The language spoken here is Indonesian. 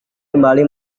kembali